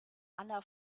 anna